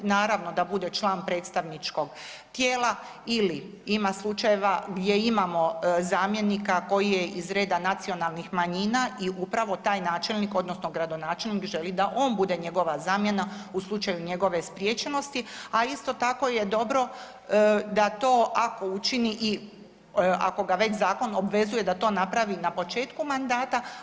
Naravno da bude član predstavničkog tijela ili ima slučajeva gdje imamo zamjenika koji je iz reda nacionalnih manjina i upravo taj načelnik odnosno gradonačelnik želi da on bude njegova zamjena u slučaju njegove spriječenosti, a isto tako je dobro da to učini i ako ga već zakon obvezuje da to napravi na početku mandata.